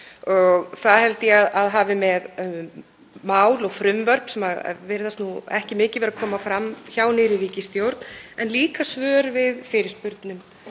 og það held ég að hafi að gera með mál og frumvörp sem virðast nú ekki mikið vera að koma fram hjá nýrri ríkisstjórn en líka svör við fyrirspurnum.